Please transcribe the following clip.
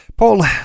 Paul